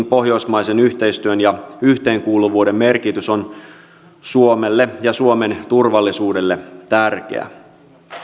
pohjoismaisen yhteistyön ja yhteenkuuluvuuden merkitys on suomelle ja suomen turvallisuudelle tärkeä